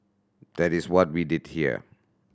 that is what we did here